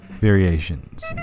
variations